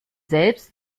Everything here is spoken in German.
selbst